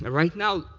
ah right now,